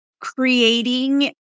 creating